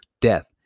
death